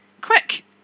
Quick